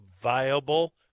viable